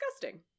disgusting